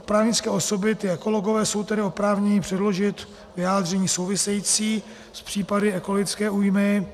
Právnické osoby ekologové jsou tedy oprávněny předložit vyjádření související s případy ekologické újmy.